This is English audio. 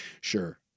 Sure